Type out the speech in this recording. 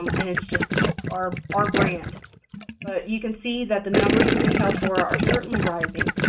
and it's just our our brand. but you can see that the numbers within kaltura are certainly rising,